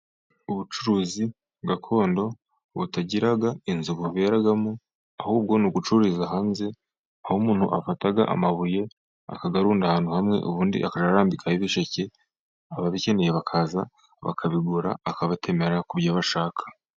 Ubucuruzi gakondo, butagira inzu buberamo, ahubwo ni ugucururiza hanze, aho umuntu afata amabuye, akayarunda ahantu hamwe, ubundi akajya ararambikaho ibisheke, ababikeneye bakaza bakabigura, akabatemera kubyo bashaka.